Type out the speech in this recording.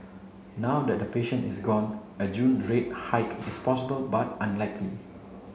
now that patient is gone a June rate hike is possible but unlikely